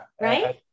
Right